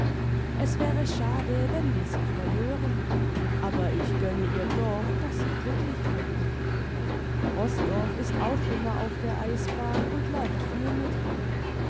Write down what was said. es wäre schade wenn wir sie verlören aber ich gönne ihr doch daß sie glücklich wird osdorff ist auch immer auf der eisbahn imd läuft viel mit ihr